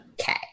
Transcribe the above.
Okay